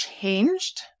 changed